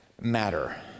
matter